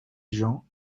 gens